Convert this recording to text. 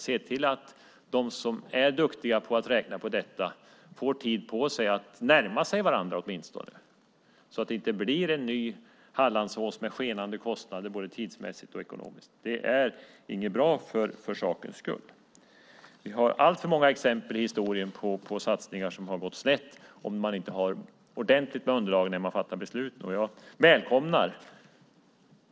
Det handlar om att se till att de som är duktiga på att räkna på detta får tid på sig att närma sig varandra åtminstone så att det inte blir en ny Hallandsås med skenande kostnader både tidsmässigt och ekonomiskt. Det är inte bra för sakens skull. Vi har alltför många exempel i historien på satsningar som har gått snett om man inte har ordentligt med underlag när man fattar beslut.